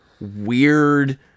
weird